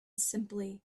simply